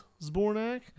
Zbornak